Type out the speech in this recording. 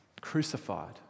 crucified